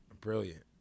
brilliant